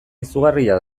izugarria